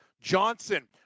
Johnson